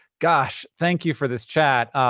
gosh, thank you for this chat.